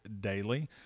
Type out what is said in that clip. daily